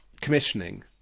commissioning